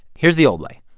here's the old way.